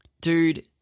Dude